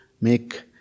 make